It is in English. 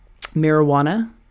Marijuana